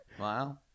Wow